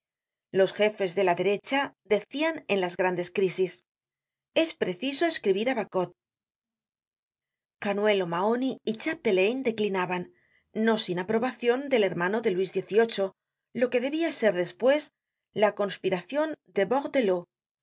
los jefes de la derecha decian en las grandes crísis es preciso escribir á bacot canuel o'mahony y chappedelaine declinaban no sin aprobacion del hermano de luis xviii lo que debia ser despues la conspiracion de